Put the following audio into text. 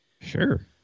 Sure